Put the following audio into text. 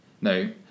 No